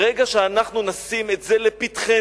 ברגע שאנחנו נשים את זה לפתחנו,